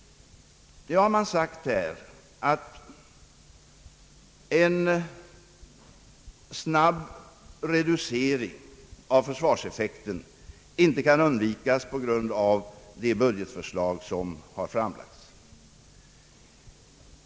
Man har sagt här att en snabb reducering av försvarseffekten inte kan undvikas på grund av det budgetförslag som har framlagts.